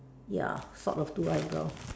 ya sort of two eye brown